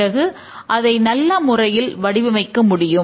பிறகு அதை நல்ல முறையில் வடிவமைக்க முடியும்